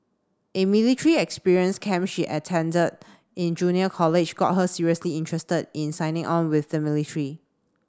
a military experience camp she attended in junior college got her seriously interested in signing on with the military